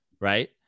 Right